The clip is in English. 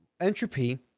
entropy